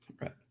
Right